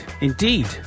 indeed